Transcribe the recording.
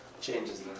changes